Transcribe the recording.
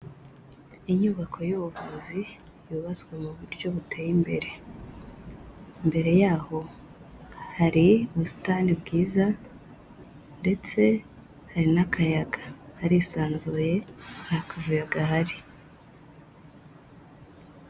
Inyubako y'ubuvuzi yubatswe mu buryo buteye imbere. Imbere yaho hari ubusitani bwiza, ndetse hari n'akayaga. Harisanzuye nta kavuyo gahari.